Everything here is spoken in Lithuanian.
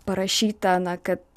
parašyta na kad